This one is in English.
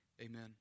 Amen